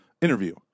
interview